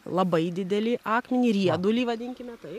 labai didelį akmenį riedulį vadinkime taip